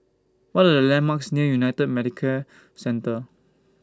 What Are The landmarks near United Medicare Centre